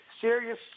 serious